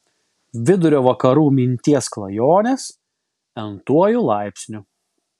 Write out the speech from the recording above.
vidurio vakarų minties klajonės n tuoju laipsniu